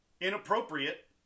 inappropriate